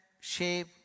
shape